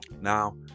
Now